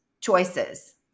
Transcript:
choices